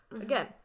Again